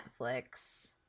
netflix